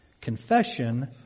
confession